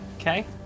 okay